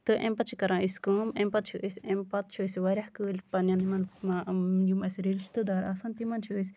تہٕ اَمہِ پَتہٕ چھِ کران أسۍ کٲم اَمہِ پَتہٕ چھِ أسۍ اَمہِ پَتہٕ چھِ أسۍ واریاہ کٲلۍ پَنٕنٮ۪ن یِمَن یِم اَسہِ رِشتٔدار آسن تِمَن چھِ أسۍ